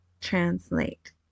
translate